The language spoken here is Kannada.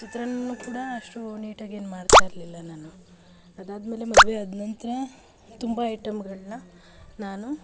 ಚಿತ್ರಾನ್ನ ಕೂಡ ಅಷ್ಟು ನೀಟಾಗಿ ಏನು ಮಾಡ್ತಾ ಇರಲಿಲ್ಲ ನಾನು ಅದಾದ್ಮೇಲೆ ಮದುವೆ ಆದ ನಂತರ ತುಂಬ ಐಟಮ್ಗಳನ್ನ ನಾನು